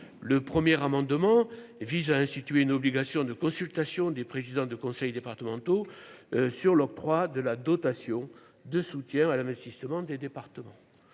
le premier amendement et vise à instituer une obligation de consultation des présidents de conseils départementaux sur l'octroi de la dotation de soutien à l'investissement des départements,